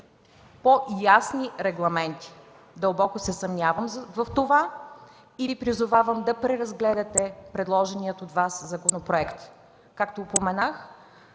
по-ясни регламенти? Дълбоко се съмнявам в това и Ви призовавам да преразгледате предложения от Вас законопроект. Както споменах,